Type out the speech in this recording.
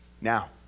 Now